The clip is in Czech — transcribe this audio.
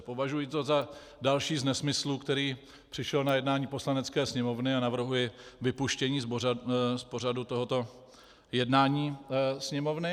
Považuji to za další z nesmyslů, který přišel na jednání Poslanecké sněmovny, a navrhuji vypuštění z pořadu tohoto jednání Sněmovny.